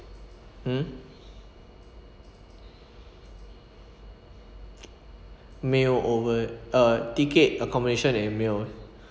mm meal over uh ticket accommodation and meal